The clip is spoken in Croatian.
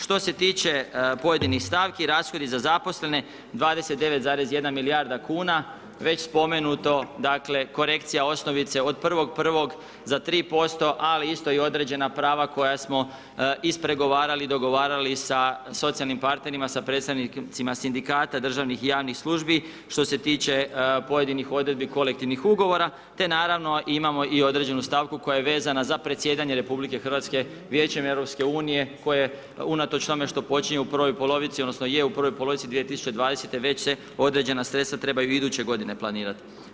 Što se tiče pojedinih stavki, rashodi za zaposlene 29,1 milijarda kn, već spomenuto, dakle, korekcija osnovice od 1.1. za 3% a isto i određena prava, koja smo ispregovarali, dogovarali sa socijalnim partnerima, sa predstavnicima sindikata, državnih i javnih službi što se tiče pojedinih odredbi kolektivnih ugovora, te naravno imamo i određenu stavku, koja je vezana za predsjedanjem RH Vijećem EU koje unatoč tome što počinje u prvoj polovici, odnosno, je u prvoj polovici 2020. već se određena sredstva trebaju i iduće g. planirati.